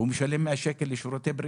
והוא משלם 100 שקל לשירותי בריאות.